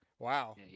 wow